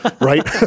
Right